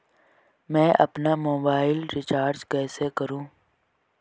मैं अपना mobile recharge कैसे करूँ?